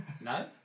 no